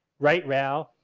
right rail,